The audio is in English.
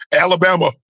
Alabama